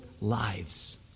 lives